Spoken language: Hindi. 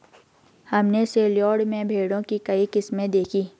हमने सेलयार्ड में भेड़ों की कई किस्में देखीं